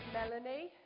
Melanie